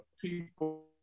people